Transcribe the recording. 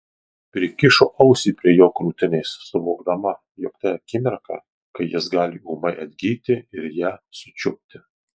prikišo ausį prie jo krūtinės suvokdama jog tai akimirka kai jis gali ūmai atgyti ir ją sučiupti